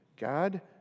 God